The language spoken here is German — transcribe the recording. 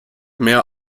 mehr